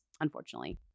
Unfortunately